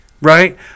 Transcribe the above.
right